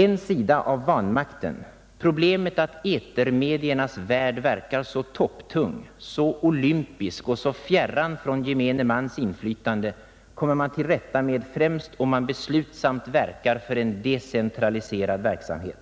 En sida av vanmakten, problemet att etermediernas värld verkar så topptung, så olympisk och så fjärmad från gemene mans inflytande, kommer man till rätta med främst om man beslutsamt verkar för en decentraliserad verksamhet.